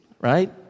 right